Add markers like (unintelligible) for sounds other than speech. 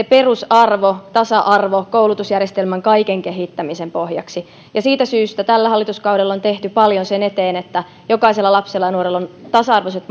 (unintelligible) perusarvo tasa arvo koulutusjärjestelmän kaiken kehittämisen pohjaksi ja siitä syystä tällä hallituskaudella on tehty paljon sen eteen että jokaisella lapsella ja nuorella on tasa arvoiset (unintelligible)